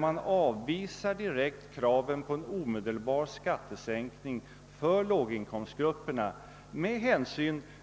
Man avvisar där kraven på en omedelbar skattesänkning för låginkomst grupperna